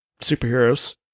superheroes